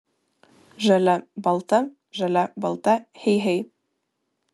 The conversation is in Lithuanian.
žalia balta žalia balta hey hey